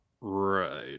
right